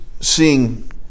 seeing